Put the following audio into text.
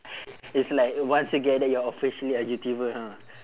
it's like once you get that you're officially a youtuber ha